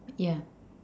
yeah